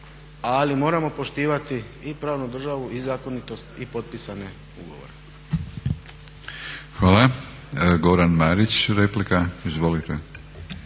ali moramo poštivati i pravnu državu, i zakonitost i potpisane ugovore. **Batinić, Milorad (HNS)**